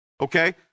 Okay